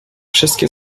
wszystkie